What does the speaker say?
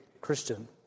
Christian